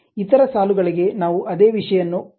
ಇತರ ಸಾಲುಗಳಿಗೆ ನಾವು ಅದೇ ವಿಷಯವನ್ನು ಬಳಸೋಣ